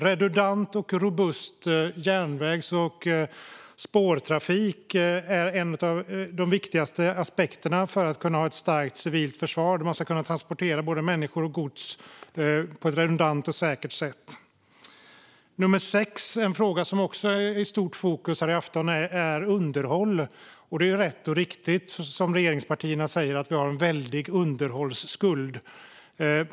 Redundant och robust järnvägs och spårtrafik är en av de viktigaste aspekterna för att vi ska kunna ha ett starkt civilt försvar. Den måste kunna transportera både människor och gods på ett redundant och säkert sätt. Det sjätte är underhållet, en fråga som också varit i stort fokus här i afton. Det är rätt och riktigt som regeringspartierna säger att vi har en väldig underhållsskuld.